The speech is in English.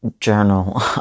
journal